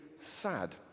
sad